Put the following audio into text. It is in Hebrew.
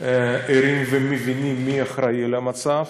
ערים ומבינים מי אחראי למצב,